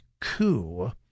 coup